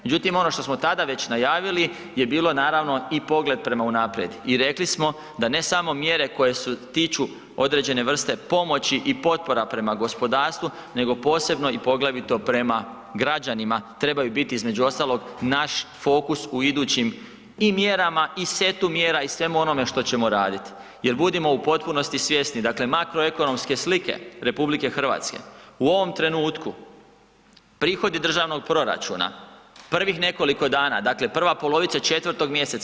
Međutim ono što smo tada već najavili je bilo naravno i pogled prema unaprijed i rekli smo, da ne samo mjere koje se tiču određene vrste pomoći i potpora prema gospodarstvu, nego posebno i poglavito prema građanima trebaju biti između ostalog, naš fokus u idućim i mjerama i setu mjera i svemu onome što ćemo raditi jer budimo u potpunosti svjesni dakle makroekonomske slike RH u ovom trenutku, prihodi državnog proračuna, prvih nekoliko dana, dakle prva polovica 4. mj.